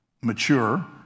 mature